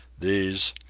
these,